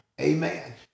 Amen